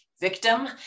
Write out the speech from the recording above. victim